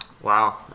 Wow